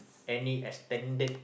any extended